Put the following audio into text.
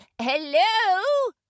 Hello